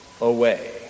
away